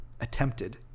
attempted